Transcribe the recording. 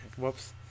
whoops